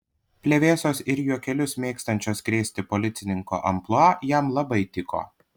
plevėsos ir juokelius mėgstančio krėsti policininko amplua jam labai tiko